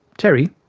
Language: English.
terry?